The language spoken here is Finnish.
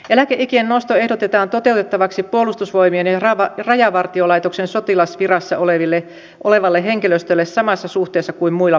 eläkeikien nosto ehdotetaan toteutettavaksi puolustusvoimien ja rajavartiolaitoksen sotilasvirassa olevalle henkilöstölle samassa suhteessa kuin muille palkansaajille